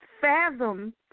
fathom